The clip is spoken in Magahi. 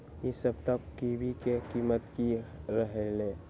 ई सप्ताह कोवी के कीमत की रहलै?